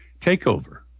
takeover